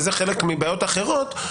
וזה חלק מבעיות אחרות,